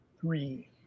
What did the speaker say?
three